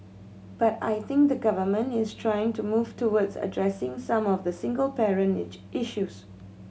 but I think the Government is trying to move towards addressing some of the single parent issues